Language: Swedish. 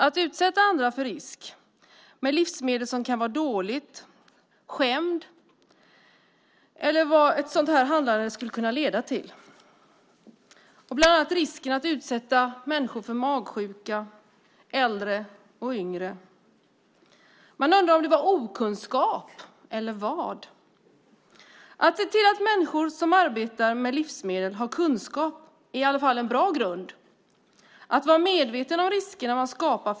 Man utsatte andra för risk med livsmedel som var dåliga och skämda. Man riskerade bland annat att utsätta människor för magsjuka, äldre och yngre. Man undrar om det var okunskap eller vad det var.